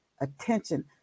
attention